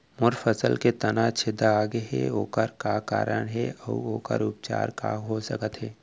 मोर फसल के तना छेदा गेहे ओखर का कारण हे अऊ ओखर उपचार का हो सकत हे?